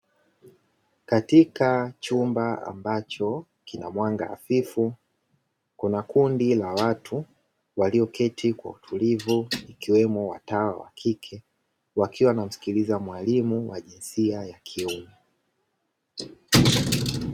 Katika chumba ambacho kina mwanga hafifu, kuna kundi la watu walioketi kwa utulivu wakiwemo watawa wa kike wakiwa wanamsikiliza mwalimu wa jinsia ya kiume.